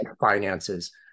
finances